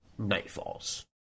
Nightfalls